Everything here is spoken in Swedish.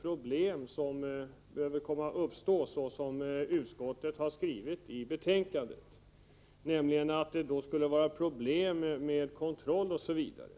Jag kan inte finna att det, såsom utskottet skrivit i betänkandet, skulle behöva uppstå några problem med kontroll osv.